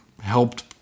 helped